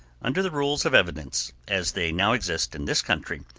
under the rules of evidence as they now exist in this country,